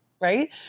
right